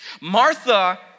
Martha